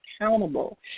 accountable